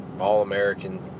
All-American